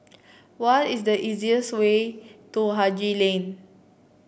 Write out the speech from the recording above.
what is the way to Haji Lane